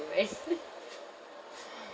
do and